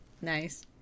Nice